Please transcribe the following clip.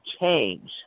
change